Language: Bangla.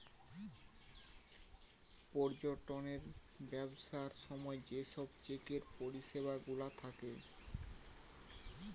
পর্যটনের ব্যবসার সময় যে সব চেকের পরিষেবা গুলা থাকে